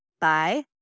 Bye